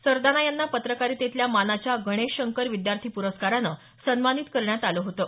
सरदाना यांना पत्रकारितेतल्या मानाच्या गणेश शंकर विद्यार्थी पुरस्कारानं सन्मानित करण्यात आलं होतं